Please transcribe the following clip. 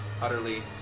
utterly